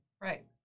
Right